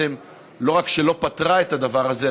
לא רק שהיא לא פתרה את הדבר הזה,